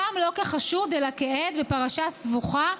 הפעם לא כחשוד, אלא כעד בפרשה סבוכה,